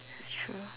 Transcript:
that's true